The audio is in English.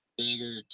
bigger